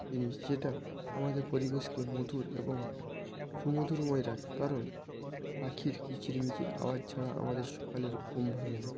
জিনিস যেটা আমাদের পরিবেশকে মধুর এবং সুমধুরময় রাখে কারণ পাখির কিচিরমিচির আওয়াজ ছাড়া আমাদের সকালের ঘুম ভাঙে না